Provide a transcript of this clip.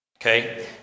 Okay